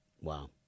Wow